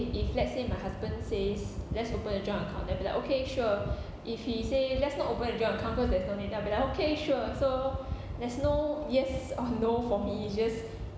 if let's say my husband says let's open a joint account then I'll be like okay sure if he say let's not open a joint account because there's no need then I'll be like okay sure so there's no yes or no for me it just